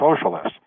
socialists